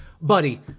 Buddy